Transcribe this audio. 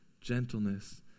gentleness